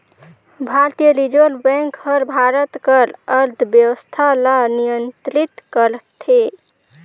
भारतीय reserve bank हर भारत कर अर्थबेवस्था ल नियंतरित करथे